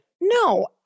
No